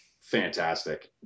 fantastic